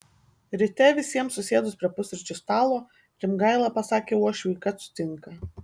ryte visiems susėdus prie pusryčių stalo rimgaila pasakė uošviui kad sutinka